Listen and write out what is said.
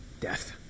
death